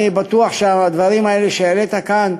אני בטוח שהדברים האלה שהעלית כאן,